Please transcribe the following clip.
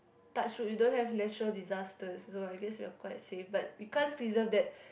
touch wood we don't have natural disasters so I guess we're quite safe but we can't preserve that